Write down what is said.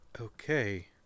Okay